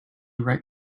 right